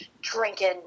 Drinking